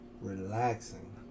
relaxing